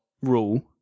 rule